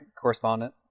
correspondent